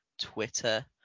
Twitter